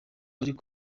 ariko